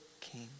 King